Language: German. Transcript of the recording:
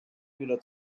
wieder